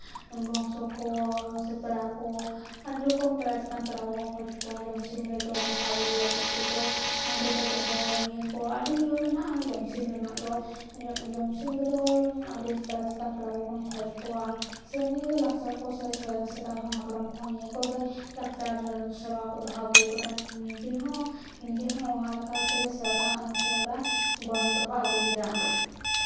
ᱵᱚᱝᱥᱚ ᱠᱚ ᱥᱮ ᱯᱮᱲᱟ ᱠᱚ ᱟᱹᱰᱤ ᱨᱚᱠᱚᱢ ᱯᱮᱲᱟ ᱪᱮᱛᱟᱱ ᱯᱮᱲᱟ ᱵᱟᱵᱟ ᱵᱚ ᱠᱷᱚᱡ ᱠᱚᱣᱟ ᱡᱚᱢᱥᱤᱢ ᱨᱮᱫᱚ ᱵᱚᱸᱜᱟ ᱵᱳᱨᱳ ᱞᱟᱹᱜᱤᱫ ᱫᱚ ᱦᱟᱺᱰᱤ ᱠᱚ ᱫᱚᱦᱚᱭᱟᱠᱚ ᱟᱹᱰᱤ ᱱᱤᱭᱚᱢ ᱢᱮᱱᱟᱜᱼᱟ ᱡᱚᱢᱥᱤᱢ ᱨᱮᱱᱟᱜ ᱫᱚ ᱡᱚᱢᱥᱤᱢ ᱨᱮᱫᱚ ᱟᱹᱰᱤ ᱯᱮᱲᱟ ᱪᱮᱛᱟᱱ ᱯᱮᱲᱟ ᱠᱚᱵᱚᱱ ᱠᱷᱚᱡᱽ ᱠᱚᱣᱟ ᱥᱮ ᱱᱤᱭᱟᱹ ᱜᱮ ᱞᱟᱠᱪᱟᱨ ᱠᱚ ᱥᱮᱬᱟᱭᱟ ᱥᱮᱫᱟᱭ ᱦᱚᱸ ᱦᱟᱯᱲᱟᱢ ᱠᱚᱦᱚᱸ ᱱᱤᱭᱟᱹ ᱠᱚᱜᱮ ᱞᱟᱠᱪᱟᱨ ᱥᱮᱨᱣᱟ ᱠᱚ ᱫᱚᱦᱚ ᱟᱜᱩᱣᱟᱠᱟᱫᱟ ᱱᱤᱡᱮ ᱦᱚᱸ ᱱᱤᱡᱮ ᱦᱚᱸ ᱱᱚᱣᱟ ᱞᱮᱠᱟᱛᱮᱜᱮ ᱥᱮᱣᱨᱟ ᱥᱮᱣᱨᱟ ᱵᱚᱱ ᱫᱚᱦᱚ ᱟᱜᱩᱭᱮᱫᱟ